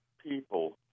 people